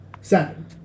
seven